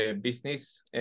business